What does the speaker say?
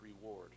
reward